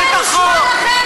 זה נשמע לכם?